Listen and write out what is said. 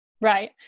Right